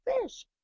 fish